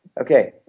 Okay